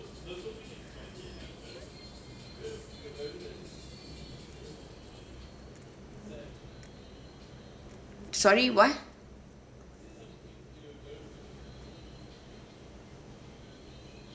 sorry what